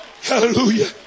hallelujah